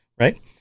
right